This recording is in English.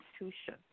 institution